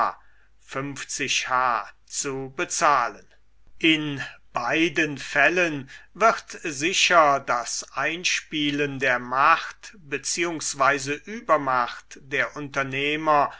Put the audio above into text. k h zu bezahlen in beiden fällen wird sicher das einspielen der macht beziehungsweise übermacht der unternehmer